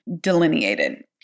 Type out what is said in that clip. delineated